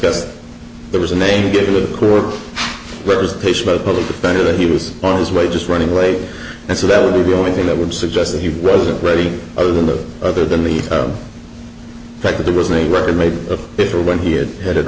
discussed there was a name given the court representation by the public defender that he was on his way just running away and so that would be the only thing that would suggest that he wasn't ready other than the other than the fact that there was a record made if or when he had that it